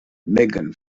megan